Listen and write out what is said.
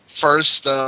first